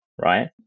right